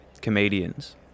comedians